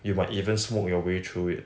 you might even smoke your way through it